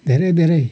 धेरै धेरै